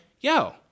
yo